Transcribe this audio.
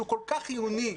שהוא כל כך חיוני,